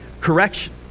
correction